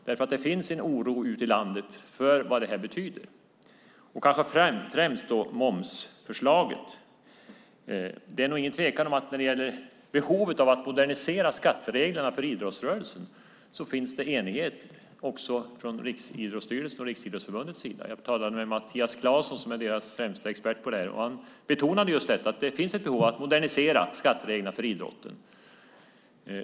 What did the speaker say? Det finns en oro ute i landet för vad det här betyder, kanske främst momsförslaget. Det är nog ingen tvekan om att när det gäller behovet av att modernisera skattereglerna för idrottsrörelsen finns det enighet också från Riksidrottsstyrelsens och Riksidrottsförbundets sida. Jag talade med Mattias Claesson som är deras främste expert på det här. Han betonade just att det finns ett behov av att modernisera skattereglerna för idrotten.